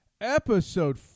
episode